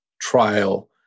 trial